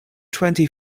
twenty